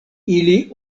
ilin